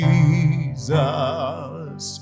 Jesus